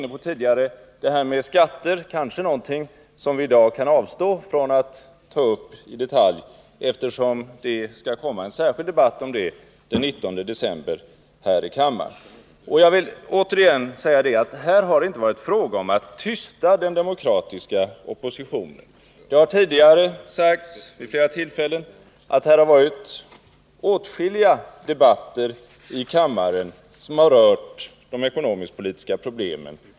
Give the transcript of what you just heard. Skatterna är någonting som vi i dag kanske kan avstå från att ta upp i detalj, eftersom det blir en särskild debatt om skatterna här i kammaren den 19 december. Här har det inte varit fråga om att tysta den demokratiska oppositionen — jag vill återigen säga det. Det har förts åtskilliga debatter här i kammaren som rört de ekonomisk-politiska problemen.